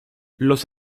los